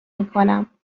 میکنم